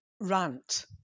rant